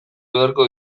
beharko